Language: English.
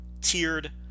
tiered